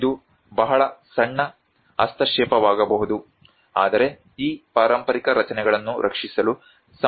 ಆದ್ದರಿಂದ ಇದು ಬಹಳ ಸಣ್ಣ ಹಸ್ತಕ್ಷೇಪವಾಗಬಹುದು ಆದರೆ ಈ ಪಾರಂಪರಿಕ ರಚನೆಗಳನ್ನು ರಕ್ಷಿಸಲು ಸಮಗ್ರ ವಿಶ್ಲೇಷಣೆ ಮಾಡಬೇಕಾಗಿದೆ